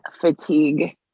fatigue